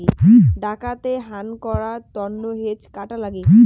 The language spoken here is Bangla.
ডাঙাতে হান করাং তন্ন হেজ কাটা লাগি